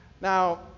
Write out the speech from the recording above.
Now